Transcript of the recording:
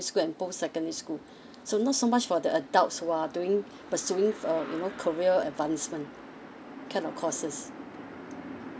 school and post secondary school so not so much for the adults while doing pursuing with um your career advancement kind of courses